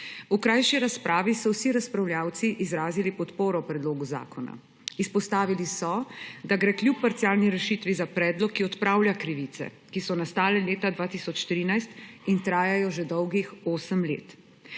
V krajši razpravi so vsi razpravljavci izrazili podporo predlogu zakona. Izpostavili so, da gre kljub parcialni rešitvi za predlog, ki odpravlja krivice, ki so nastale leta 2013 in trajajo že dolgih osem let.